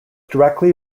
directly